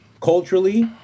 culturally